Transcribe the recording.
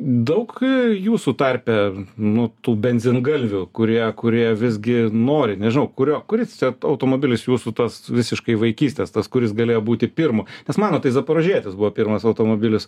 daug jūsų tarpe nu tų benzingalvių kurie kurie visgi nori nežinau kurio kuris automobilis jūsų tas visiškai vaikystės tas kuris galėjo būti pirmas nes mano tai zaporožietis buvo pirmas automobilis